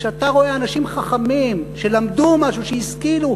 כשאתה רואה אנשים חכמים, שלמדו משהו, שהשכילו,